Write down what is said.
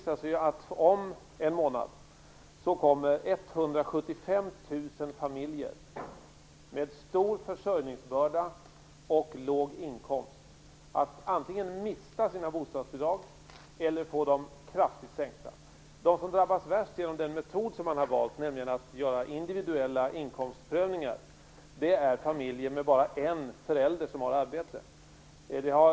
Om en månad kommer 175 000 familjer med stor försörjningsbörda och låg inkomst att antingen mista sina bostadsbidrag eller få dem kraftigt sänkta. De som drabbas värst genom den metod man har valt, nämligen att göra individuella inkomstprövningar, är familjer med bara en förälder som har arbete.